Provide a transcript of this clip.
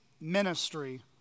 ministry